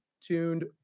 tuned